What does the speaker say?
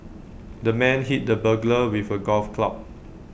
the man hit the burglar with A golf club